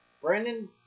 Brandon